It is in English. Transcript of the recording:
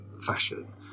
fashion